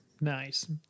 nice